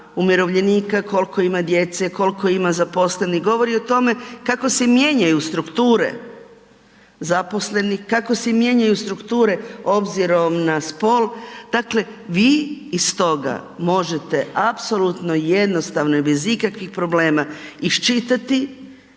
koliko ima djece, koliko ima zaposlenih, govori o tome kako se mijenjaju strukture zaposlenih, kako se mijenjaju strukture obzirom na spol dakle vi iz toga možete apsolutno i jednostavno i bez ikakvih problema iščitati